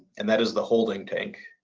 and that is the holding tank.